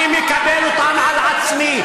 אני מקבל אותן על עצמי.